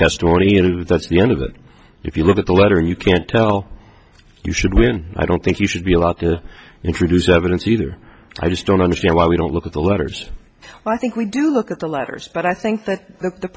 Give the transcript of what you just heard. that's the end of it if you look at the letter and you can't tell you should win i don't think you should be allowed to introduce evidence either i just don't understand why we don't look at the letters well i think we do look at the letters but i think th